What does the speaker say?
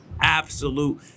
absolute